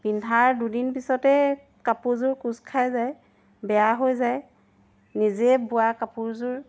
পিন্ধাৰ দুদিন পিছতেই কাপোৰযোৰ কোচ খাই যায় বেয়া হৈ যায় নিজে বোৱা কাপোৰযোৰ